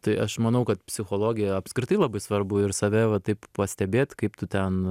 tai aš manau kad psichologija apskritai labai svarbu ir save va taip pastebėt kaip tu ten